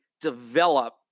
develop